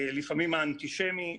לפעמים האנטישמי,